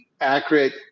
accurate